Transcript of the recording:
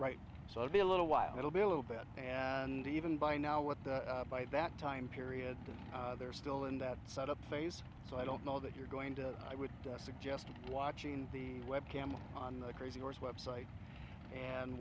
right so i'll be a little while it'll be a little bit and even by now with the by that time period that they're still in that set up phase so i don't know that you're going to i would suggest watching the web cam on the crazy horse website and